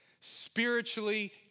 spiritually